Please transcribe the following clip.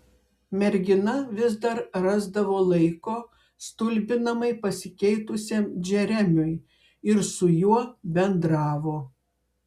mergina vis dar rasdavo laiko stulbinamai pasikeitusiam džeremiui ir su juo bendravo